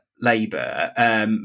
Labour